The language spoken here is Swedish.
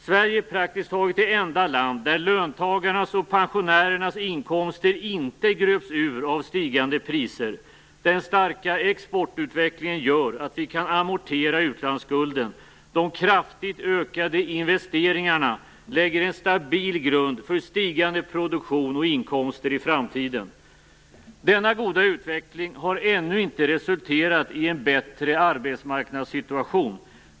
Sverige är praktiskt taget det enda landet där löntagarnas och pensionärernas inkomster inte gröps ur av stigande priser. Den starka exportutvecklingen gör att vi kan amortera utlandsskulden. De kraftigt ökade investeringarna lägger en stabil grund för stigande produktion och inkomster i framtiden. Denna goda utveckling har ännu inte resulterat i en bättre arbetsmarknadssituation.